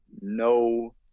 no